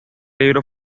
libro